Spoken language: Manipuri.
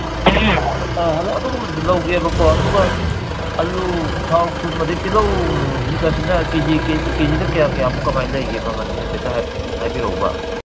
ꯍꯂꯣ ꯑꯗꯨꯒꯨꯝꯕꯗꯨꯁꯨ ꯂꯧꯒꯦꯕꯀꯣ ꯑꯗꯨꯒ ꯑꯂꯨ ꯊꯥꯎ ꯊꯨꯝ ꯑꯗꯩ ꯇꯤꯜꯍꯧꯒꯁꯤꯅ ꯀꯦ ꯖꯤ ꯀꯦ ꯖꯤꯗ ꯀꯌꯥ ꯀꯌꯥꯃꯨꯛ ꯀꯃꯥꯏ ꯂꯩꯒꯦ ꯃꯃꯟꯁꯦ ꯍꯥꯏꯐꯦꯠꯇ ꯍꯥꯏꯕꯤꯔꯛꯎꯕ